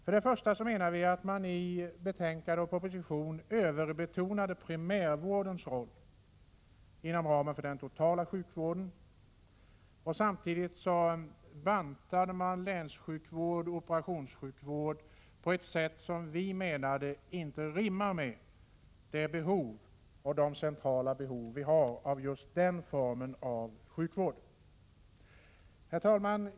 Först och främst menade vi att man i betänkandet och i propositionen överbetonat primärvårdens roll inom ramen för den totala sjukvården. Samtidigt bantade man länssjukvården och operationssjukvården på ett sätt som vi ansåg inte rimmade med de centrala behov som vi har av just denna form av sjukvård. Herr talman!